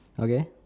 okay